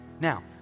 Now